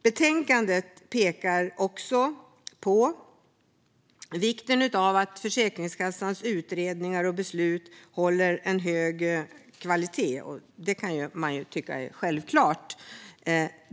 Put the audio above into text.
Betänkandet pekar också på vikten av att Försäkringskassans utredningar och beslut håller en hög kvalitet, något som borde vara självklart.